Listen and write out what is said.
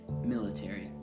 military